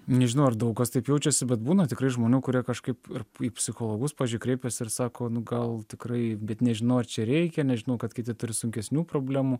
nežinau ar daug kas taip jaučiasi bet būna tikrai žmonių kurie kažkaip ir į psichologus pavyzdžiui kreipiasi ir sako nu gal tikrai bet nežinau ar čia reikia nes žinau kad kiti turi sunkesnių problemų